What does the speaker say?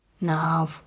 No